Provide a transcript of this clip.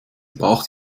braucht